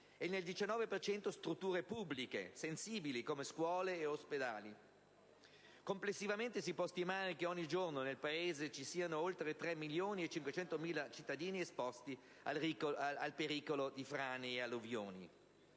per cento, strutture pubbliche sensibili, come scuole e ospedali. Complessivamente, si può stimare che ogni giorno nel Paese siano oltre 3 milioni e 500.000 i cittadini esposti al pericolo di frane e alluvioni.